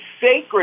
sacred